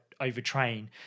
overtrain